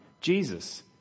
Jesus